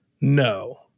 No